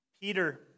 Peter